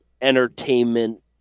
entertainment